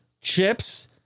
chips